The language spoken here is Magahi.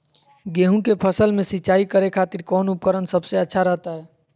गेहूं के फसल में सिंचाई करे खातिर कौन उपकरण सबसे अच्छा रहतय?